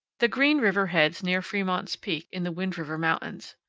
the green river heads near fremont's peak, in the wind river mountains.